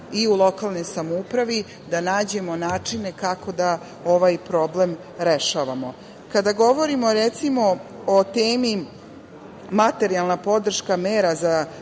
i u lokalnoj samoupravi, da nađemo načine kako da ovaj problem rešavamo. Kada govorimo o temi materijalna podrška mera za